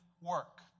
work